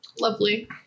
Lovely